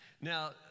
Now